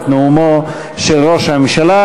את נאומו של ראש הממשלה.